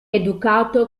educato